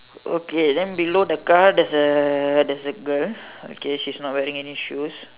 okay then below the car there's a there's girl okay she's not wearing any shoes